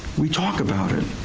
we talk about it,